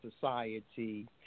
society